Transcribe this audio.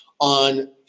on